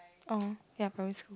orh ya primary school